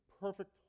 perfect